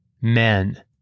men